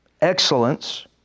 excellence